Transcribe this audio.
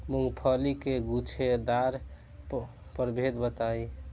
मूँगफली के गूछेदार प्रभेद बताई?